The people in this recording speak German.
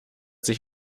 sich